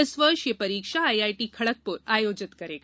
इस वर्ष यह परीक्षा आईआईटी खड़गपुर आयोजित करेगा